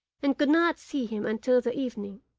and could not see him until the evening.